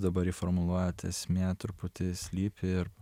dabar jį formuluojat esmė truputį slypi ir